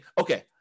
okay